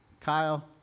Kyle